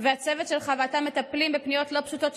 והצוות שלך ואתה מטפלים בפניות לא פשוטות.